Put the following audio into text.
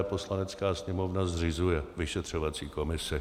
Poslanecká sněmovna zřizuje vyšetřovací komisi.